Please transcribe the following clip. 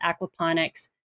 aquaponics